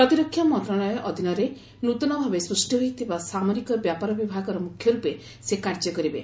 ପ୍ରତିରକ୍ଷା ମନ୍ତ୍ରଣାଳୟ ଅଧୀନରେ ନୃତନ ଭାବେ ସୃଷ୍ଟି ହୋଇଥିବା ସାମରିକ ବ୍ୟାପାର ବିଭାଗର ମୁଖ୍ୟ ରୂପେ ସେ କାର୍ଯ୍ୟ କରିବେ